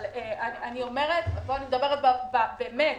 אני מדברת באמת